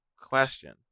question